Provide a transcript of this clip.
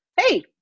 hey